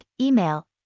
Email